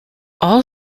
all